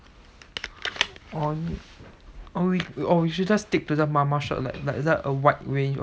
or or we or we should stick to the mama shop like like like a wide range